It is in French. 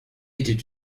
était